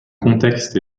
contexte